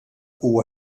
huwa